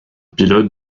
pilote